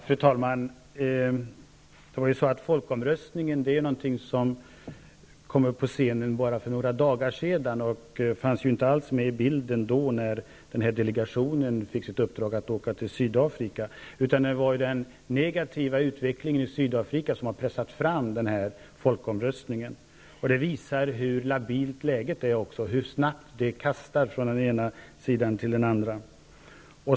Fru talman! Folkomröstningen är någonting som kom upp på scenen för bara några dagar sedan. Den fanns inte alls med i bilden när delegationen fick uppdraget att åka till Sydafrika. Den negativa utvecklingen tvingade ju fram folkomröstningen. Detta visar hur labilt läget är och hur snabbt man kastas från det ena till det andra.